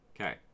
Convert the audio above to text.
Okay